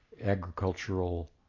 agricultural